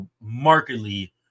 markedly